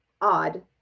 Odd